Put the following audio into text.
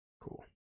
Cool